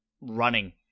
running